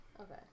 Okay